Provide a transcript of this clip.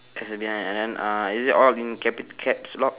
S behind and then uh is it all in capit~ caps lock